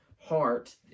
heart